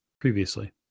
previously